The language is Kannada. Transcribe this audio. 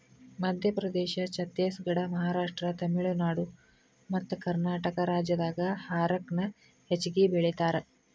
ಮಧ್ಯಪ್ರದೇಶ, ಛತ್ತೇಸಗಡ, ಮಹಾರಾಷ್ಟ್ರ, ತಮಿಳುನಾಡು ಮತ್ತಕರ್ನಾಟಕ ರಾಜ್ಯದಾಗ ಹಾರಕ ನ ಹೆಚ್ಚಗಿ ಬೆಳೇತಾರ